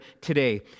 today